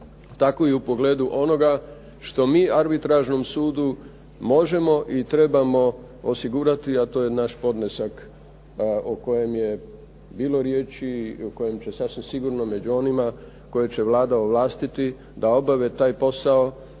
tako i u pogledu onoga što mi arbitražnom sudu možemo i trebamo osigurati, a to je naš podnesak o kojem je bilo riječi i o kojem će sasvim sigurno među onima koje će Vlada ovlastiti da obave taj posao